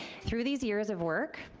through these years of work,